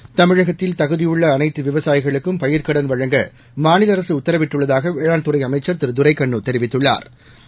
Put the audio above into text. seconds தமிழகத்தில் தகுதியுள்ள அனைத்து விவளயிகளுக்கும் பயிா்க்கடன் வழங்க மாநில அரசு உத்தரவிட்டுள்ளதாக வேளாண்துறை அமைக்கா் திரு துரைக்கண்ணு தெரிவித்துள்ளாா்